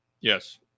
Yes